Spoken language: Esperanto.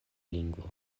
lingvo